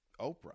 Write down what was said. Oprah